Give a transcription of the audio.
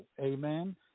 amen